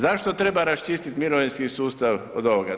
Zašto treba raščistiti mirovinski sustav od ovoga?